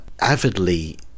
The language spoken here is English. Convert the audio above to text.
avidly